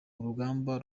rugamba